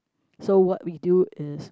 so what we do is